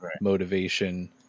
motivation